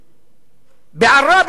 בעראבה 21%,